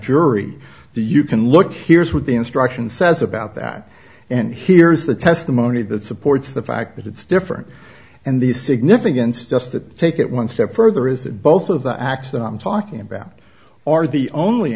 the you can look here's what the instruction says about that and here is the testimony that supports the fact that it's different and the significance just to take it one step further is that both of the acts that i'm talking about are the only